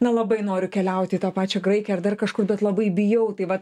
na labai noriu keliauti į tą pačią graikiją ar dar kažkur bet labai bijau tai vat